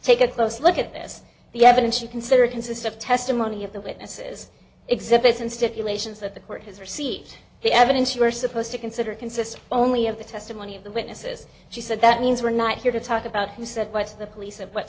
take a close look at this the evidence you consider consists of testimony of the witnesses exhibits and stipulations that the court has received the evidence you are supposed to consider consists only of the testimony of the witnesses she said that means we're not here to talk about who said what the police of what